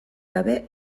gabe